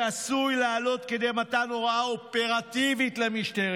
שעשוי לעלות כדי מתן הוראה אופרטיבית למשטרת